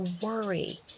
worry